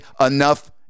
enough